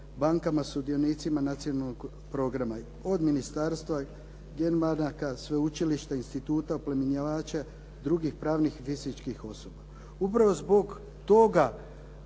bankama sudionicima nacionalnog programa od ministarstva, gen banaka, sveučilišta, instituta oplemenjivača, drugih pravnih i fizičkih osoba. Upravo zbog toga